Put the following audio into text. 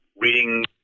reading